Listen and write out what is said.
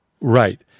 Right